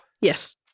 Yes